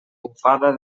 bufada